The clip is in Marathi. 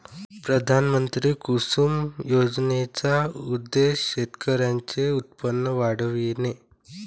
पंतप्रधान कुसुम योजनेचा उद्देश शेतकऱ्यांचे उत्पन्न वाढविणे